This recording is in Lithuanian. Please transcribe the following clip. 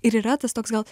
ir yra tas toks gal